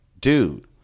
dude